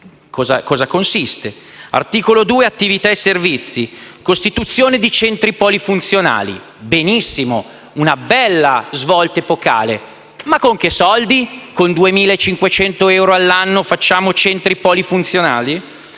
cosa consiste. All'articolo 2, («Attività e servizi») si parla di costituzione di centri polifunzionali: benissimo, una bella svolta epocale, ma con quali soldi? Con 2.500 euro all'anno facciamo dei centri polifunzionali?